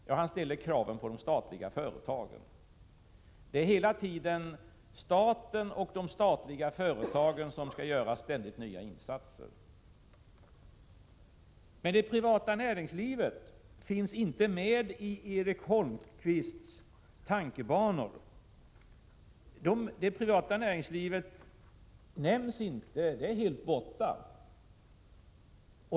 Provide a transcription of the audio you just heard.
Ja, han ställer krav på de statliga företagen. Staten och de statliga företagen skall ständigt göra nya insatser. Men det privata näringslivet finns inte i Erik Holmkvists tankebanor. Det privata näringslivet nämns inte. Det är helt borta.